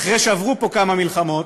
אחרי שעברו פה כמה מלחמות,